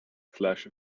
flash